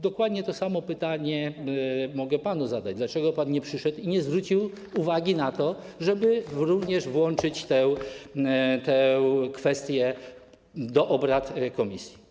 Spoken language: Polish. Dokładnie to samo pytanie mogę panu zadać, dlaczego pan nie przyszedł i nie zwrócił uwagi na to, żeby włączyć tę kwestię do prac komisji.